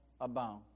abound